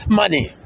money